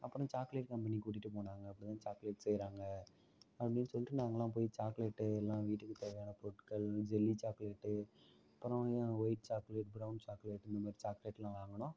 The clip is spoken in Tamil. அப்புறம் சாக்லேட் கம்பெனிக்குக் கூட்டிட்டுப் போனாங்கள் அப்படிதான் சாக்லேட் செய்கிறாங்க அப்படினு சொல்லிட்டு நாங்களாம் போய் சாக்லேட் எல்லாம் வீட்டுக்குத் தேவையான பொருட்கள் ஜெல்லி சாக்லேட்டு அப்புறம் வந்து ஒயிட் சாக்லேட்டு பிரவுன் சாக்லேட் இந்தமாதிரி சாக்லேட்லாம் வாங்குனோம்